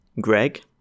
Greg